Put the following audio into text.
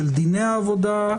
של דיני העבודה,